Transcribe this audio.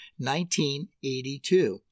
1982